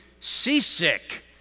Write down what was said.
seasick